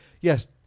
yes